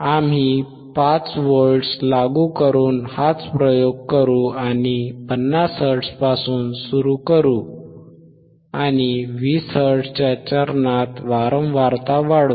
आम्ही 5 व्होल्ट्स लागू करून हाच प्रयोग करू आणि 50 हर्ट्झपासून सुरू करू आणि 20 हर्ट्झच्या चरणात वारंवारता वाढवू